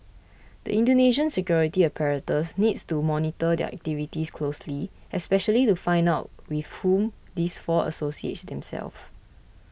the Indonesian security apparatus needs to monitor their activities closely especially to find out with whom these four associate themselves